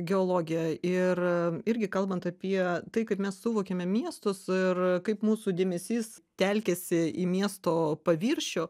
geologiją ir irgi kalbant apie tai kaip mes suvokiame miestus ir kaip mūsų dėmesys telkiasi į miesto paviršių